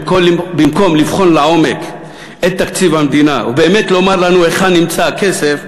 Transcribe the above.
במקום לבחון לעומק את תקציב המדינה ובאמת לומר לנו היכן נמצא הכסף,